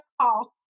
call